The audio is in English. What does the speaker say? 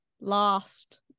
last